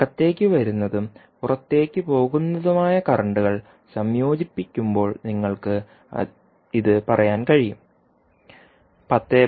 അതിനാൽ അകത്തേക്കു വരുന്നതും പുറത്തേക്ക് പോകുന്നതുമായ കറന്റുകൾ സംയോജിപ്പിക്കുമ്പോൾ നിങ്ങൾക്ക് അത് പറയാൻ കഴിയും